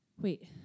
Wait